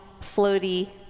floaty